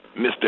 Mr